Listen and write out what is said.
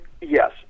yes